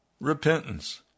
repentance